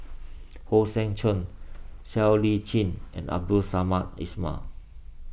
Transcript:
Hong Sek Chern Siow Lee Chin and Abdul Samad Ismail